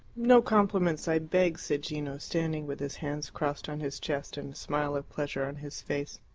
no compliments, i beg, said gino, standing with his hands crossed on his chest and a smile of pleasure on his face.